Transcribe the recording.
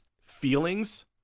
feelings